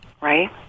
Right